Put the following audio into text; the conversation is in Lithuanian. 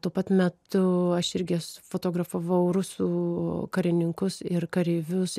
tuo pat metu aš irgi fotografavau rusų karininkus ir kareivius